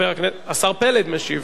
השר יוסי פלד משיב.